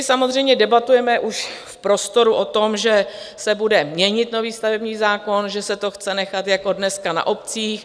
Samozřejmě debatujeme v prostoru o tom, že se bude měnit nový stavební zákon, že se to chce nechat jako dneska na obcích.